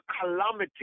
calamity